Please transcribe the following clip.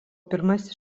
pirmasis